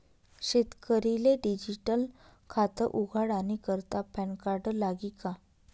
शेतकरीले डिजीटल खातं उघाडानी करता पॅनकार्ड लागी का?